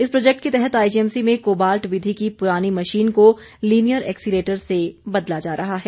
इस प्रोजेक्ट के तहत आईजीएमसी में कोबाल्ट विधि की पुरानी मशीन को लीनियर एक्सीलेटर से बदला जा रहा है